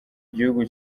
igihugu